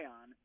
on